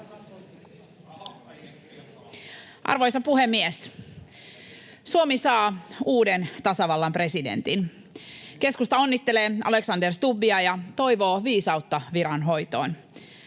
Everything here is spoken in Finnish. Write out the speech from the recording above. Arvoisa puhemies! Suomi saa uuden tasavallan presidentin. Keskusta onnittelee Alexander Stubbia ja toivoo viisautta viranhoitoon.